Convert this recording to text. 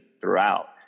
throughout